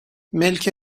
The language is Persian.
ملک